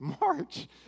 march